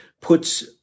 puts